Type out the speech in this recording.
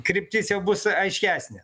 kryptis jau bus aiškesnė